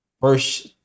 First